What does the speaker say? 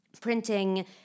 printing